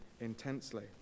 intensely